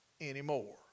anymore